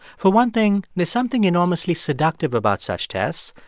for one thing, there's something enormously seductive about such tests.